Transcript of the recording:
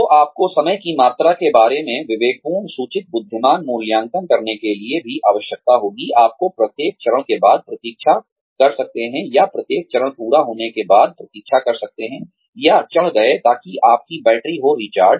तो आपको समय की मात्रा के बारे में विवेकपूर्ण सूचित बुद्धिमान मूल्यांकन करने के लिए भी आवश्यकता होगी आपको प्रत्येक चरण के बाद प्रतीक्षा कर सकते हैं या प्रत्येक चरण पूरा होने के बाद प्रतीक्षा कर सकते हैं या चढ़ गए ताकि आपकी बैटरी हो रिचार्ज